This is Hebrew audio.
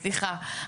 סליחה,